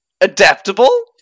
adaptable